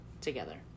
Together